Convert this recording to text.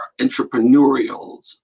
entrepreneurials